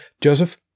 Joseph